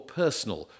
personal